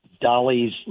Dolly's